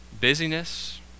Busyness